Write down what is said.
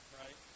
right